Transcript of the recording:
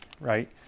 right